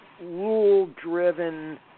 rule-driven